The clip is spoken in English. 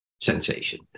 sensation